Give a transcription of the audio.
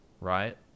right